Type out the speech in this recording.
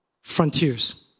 frontiers